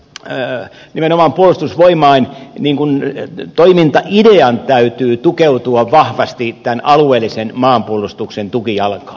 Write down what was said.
herää nimenomaan puolustusvoimain toimintaidean täytyy tukeutua vahvasti tämän alueellisen maanpuolustuksen tukijalkaan